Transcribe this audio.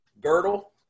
girdle